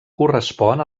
correspon